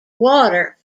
water